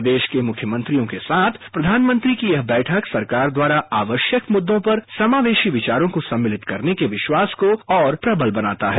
प्रदेश के मुख्यमंत्रियों के साथ प्रधानमंत्री की यह बैठक सरकार द्वारा आवश्यकता मुद्दों पर समावेशी विचारों को सम्मालित करने के विश्वास को और प्रबल बनाता है